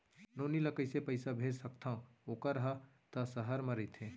नोनी ल कइसे पइसा भेज सकथव वोकर हा त सहर म रइथे?